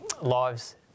lives